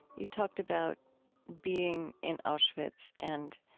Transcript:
you talked about being in auschwitz and,